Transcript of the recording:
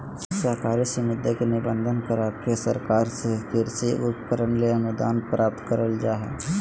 सहकारी समिति के निबंधन, करा के सरकार से कृषि उपकरण ले अनुदान प्राप्त करल जा हई